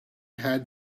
had